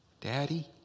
Daddy